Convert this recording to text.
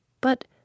But